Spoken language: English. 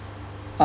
um